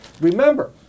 remember